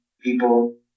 people